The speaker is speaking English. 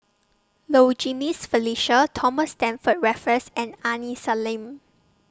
Low Jimenez Felicia Thomas Stamford Raffles and Aini Salim